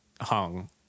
hung